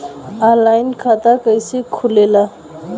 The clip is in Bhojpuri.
आनलाइन खाता कइसे खुलेला?